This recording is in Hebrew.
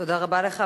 תודה רבה לך.